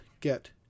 get